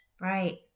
Right